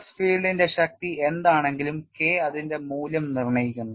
stress ഫീൽഡിന്റെ ശക്തി എന്താണെങ്കിലും K അതിൻ്റെ മൂല്യം നിർണ്ണയിക്കുന്നു